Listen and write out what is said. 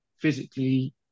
physically